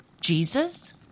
Jesus